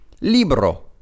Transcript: Libro